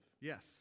Yes